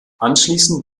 anschließend